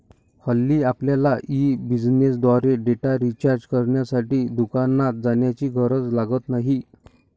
हल्ली आपल्यला ई बिझनेसद्वारे डेटा रिचार्ज करण्यासाठी दुकानात जाण्याची गरज लागत नाही